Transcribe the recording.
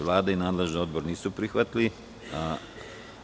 Vlada i nadležni odbor nisu prihvatili amandman.